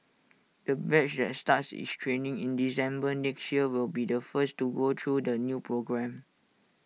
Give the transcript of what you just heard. the batch that starts its training in December next year will be the first to go through the new programme